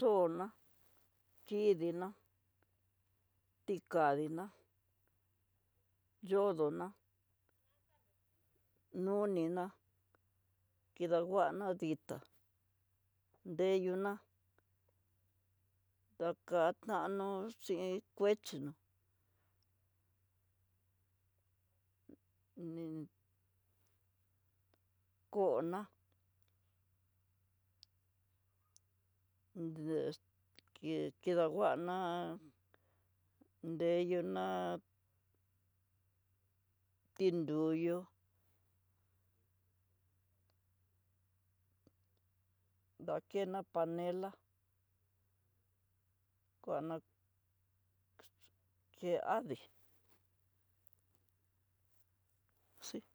To'ó ná kidiná ti kadi ná yodo ná noni ná kidakuana ditá, deyuna takano chin kuechinó nid kóo ná diex kidanguana nreyuná tinroyo'o dakena panená kena ké adii asi.